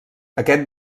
aquest